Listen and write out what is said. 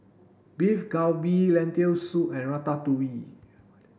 Beef Galbi Lentil soup and Ratatouille